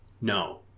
No